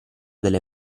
delle